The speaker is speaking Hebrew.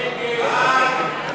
פיקוח אחיד על שימוש בתמיכה).